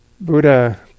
Buddha